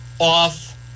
off